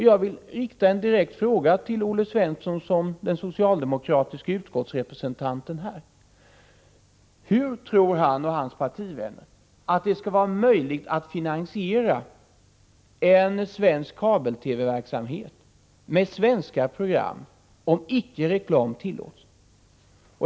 Jag vill rikta en direkt fråga till Olle Svensson som den socialdemokratiske utskottsrepresentanten här: Hur tror han och hans partivänner att det skall vara möjligt att finansiera en svensk kabel-TV-verksamhet med svenska program, om icke reklam tillåts?